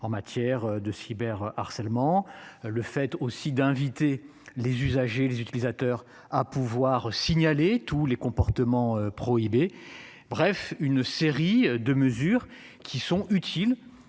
en matière de cyber harcèlement le fait aussi d'inviter les usagers les utilisateurs à pouvoir signaler tous les comportements prohibés. Bref, une série de mesures qui sont utiles